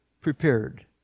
prepared